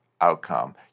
outcome